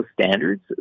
standards